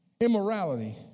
immorality